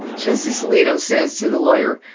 justice alito says to the lawyer,